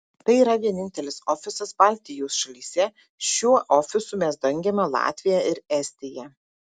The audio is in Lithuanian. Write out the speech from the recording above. tai yra vienintelis ofisas baltijos šalyse šiuo ofisu mes dengiame latviją ir estiją